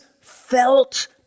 felt